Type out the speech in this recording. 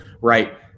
Right